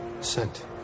Sent